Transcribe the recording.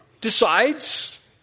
decides